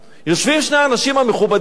יושבים שני האנשים המכובדים האלה,